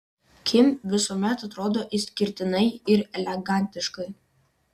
kim visuomet atrodo išskirtinai ir elegantiškai